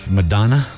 Madonna